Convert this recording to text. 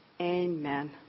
Amen